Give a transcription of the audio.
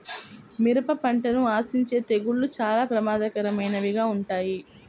మిరప పంటను ఆశించే తెగుళ్ళు చాలా ప్రమాదకరమైనవిగా ఉంటాయి